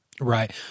Right